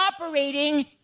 operating